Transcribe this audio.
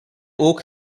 oak